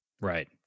Right